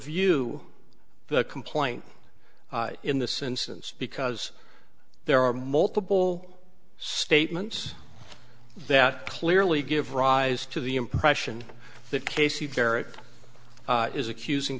review the complaint in this instance because there are multiple statements that clearly give rise to the impression that casey barrett is accusing